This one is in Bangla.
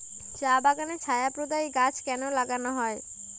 চা বাগানে ছায়া প্রদায়ী গাছ কেন লাগানো হয়?